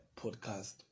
podcast